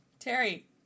Terry